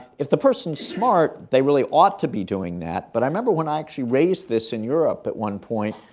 if the person's smart, they really ought to be doing that. but i remember when i actually raised this in europe at one point,